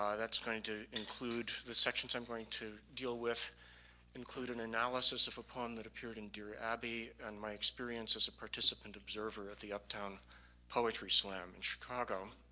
um that's going to include the sections i'm going to deal with include an analysis of a poem that appeared in dear abby and my experiences as a participant observer at the uptown poetry slam in chicago.